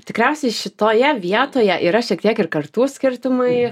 tikriausiai šitoje vietoje yra šiek tiek ir kartų skirtumai